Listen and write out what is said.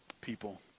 people